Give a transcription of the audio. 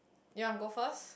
you want go first